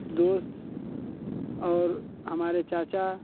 दोस्त और हमारे चाचा